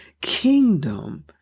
kingdom